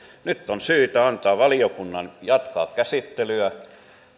nyt on syytä antaa valiokunnan jatkaa käsittelyä